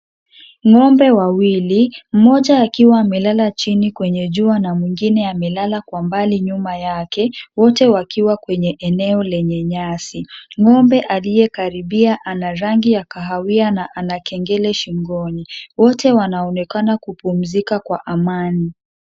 Ng'ombe wawili, mmoja akiwa amelala chini kwenye jua na mwingine amelala kwa mbali nyuma yake, wote wakiwa kwenye eneo lenye nyasi. Ng'ombe aliyekaribia ana rangi ya kahawia na ana kengele shingoni. Wote wanaonekana kupumzika kwa amani.